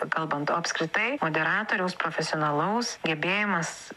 kalbant o apskritai moderatoriaus profesionalaus gebėjimas